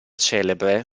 celebre